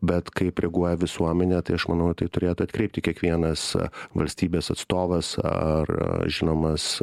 bet kaip reaguoja visuomenė tai aš manau tai turėtų atkreipti kiekvienas valstybės atstovas ar žinomas